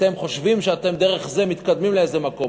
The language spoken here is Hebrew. אתם חושבים שדרך זה אתם מתקדמים לאיזשהו מקום.